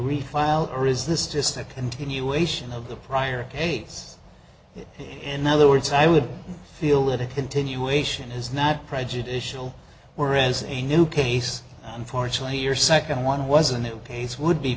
refile or is this just a continuation of the prior case that in other words i would feel that a continuation is not prejudicial whereas a new case unfortunately your second one was a new case would be